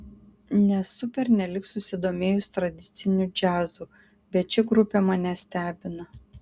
nesu pernelyg susidomėjus tradiciniu džiazu bet ši grupė mane stebina